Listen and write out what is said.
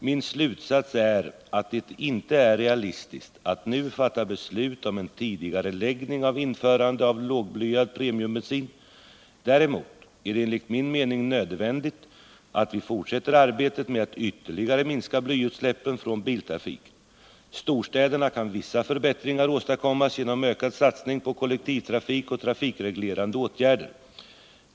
Min slutsats är att det inte är realistiskt att nu fatta beslut om en tidigareläggning av införandet av lågblyad premiumbensin. Däremot är det enligt min mening nödvändigt att vi fortsätter arbetet med att ytterligare minska blyutsläppen från biltrafiken. I storstäderna kan vissa förbättringar åstadkommas genom ökad satsning på kollektivtrafik och trafikreglerande åtgärder.